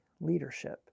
leadership